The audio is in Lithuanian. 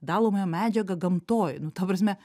dalomąją medžiagą gamtoj nu ta prasme